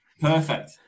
Perfect